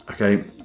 Okay